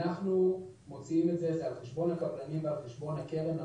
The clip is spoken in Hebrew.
אנחנו מוציאים את זה על חשבון הקבלנים ועל חשבון הקרן.